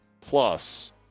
plus